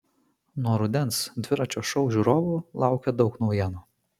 nuo rudens dviračio šou žiūrovų laukia daug naujienų